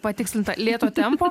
patikslinta lėto tempo